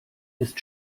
ist